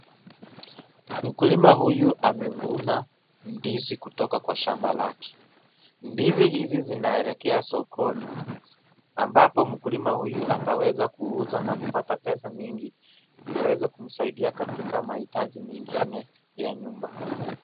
Mkulima huyu amavuna ndizi kutoka kwa shamba lake. Ndizi hizi zinaelekea sokoni, ambapo mkulima huyu ataweza kuuza na kupata pesa mingi, ziweze kumsaidia katika mahitaji mengine ya nyumba.